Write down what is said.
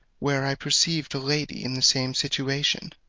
where i perceived a lady in the same situation.